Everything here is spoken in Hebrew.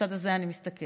לצד הזה אני מסתכלת,